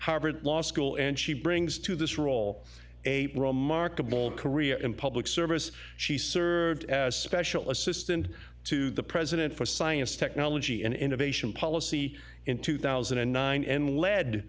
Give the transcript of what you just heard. harvard law school and she brings to this role a remarkable career in public service she served as special assistant to the president for science technology and innovation policy in two thousand and nine and led